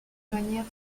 manière